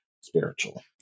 spiritual